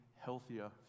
healthier